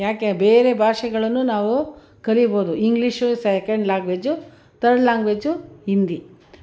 ಯಾಕೆ ಬೇರೆ ಭಾಷೆಗಳನ್ನು ನಾವು ಕಲಿಬೋದು English second language third language Hindi